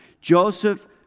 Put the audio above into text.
Joseph